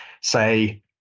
say